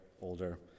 older